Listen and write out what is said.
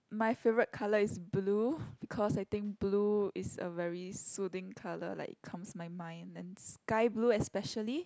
my favourite colour is blue because I think blue is a very soothing colour like it calms my mind and sky blue especially